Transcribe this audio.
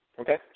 Okay